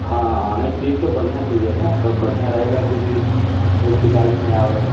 हाँ हाँ नहीं चीज तो बढ़िया चाहिए न सब बढ़िया रहेगा जो कि कोई शिकाइत न आवै